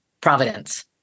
providence